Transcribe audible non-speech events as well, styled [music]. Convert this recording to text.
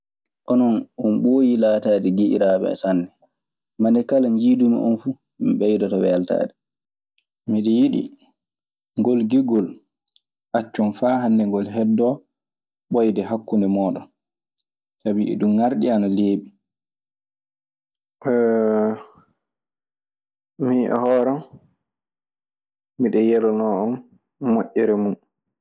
"Onon mooyii laataade giƴiraaɓe sanne. Mande kala njiidumi on fuu, mi ɓeydoto weltaade. Miɗe yiɗi ngol giƴgol accon faa hannde ngol heddoo ɓooyde hakkunde mooɗon, sabi iɗun ŋarɗi, ana leeɓi." [hesitation] min e hoore an, miɗe yalonoo on moƴƴere mu.